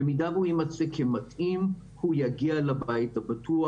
במידה שהוא יימצא כמתאים, הוא יגיע לבית הבטוח.